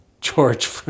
George